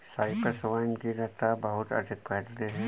Cyprus vine की लता बहुत अधिक फैलती है